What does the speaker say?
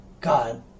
God